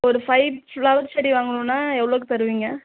ஒரு five flower செடி வாங்கணுன்னால் எவ்வளோக்கு தருவீங்க